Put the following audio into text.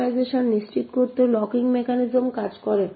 synchronisation নিশ্চিত করতে locking mechanism কাজ করে